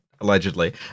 Allegedly